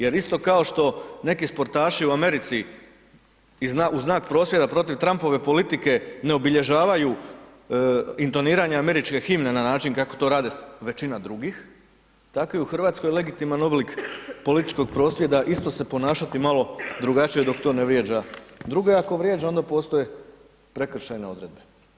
Jer isto kao što neki sportaši u Americi u znak prosvjeda protiv Trumpove politike ne obilježavaju intoniranje američke himne na način kako to rade većina drugih tako je i u Hrvatskoj legitiman oblik političkog prosvjeda isto se ponašati malo drugačije dok to ne vrijeđa druga, ako vrijeđa onda postoje prekršajne odredbe.